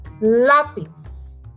lapis